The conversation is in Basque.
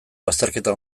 bazterketa